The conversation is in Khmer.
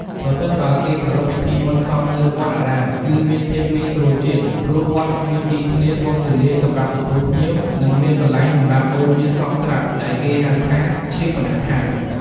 ប្រសិនបើគេប្រារព្ធពិធីបុណ្យសពនៅវត្តអារាមគឺមានភាពងាយស្រួលជាង ព្រោះវត្តមានទីធ្លាធំទូលាយសម្រាប់ទទួលភ្ញៀវ និងមានកន្លែងសម្រាប់បូជាសពស្រាប់ដែលគេហៅថាឈាបនដ្ឋាន។